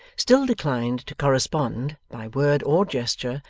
still declined to correspond, by word or gesture,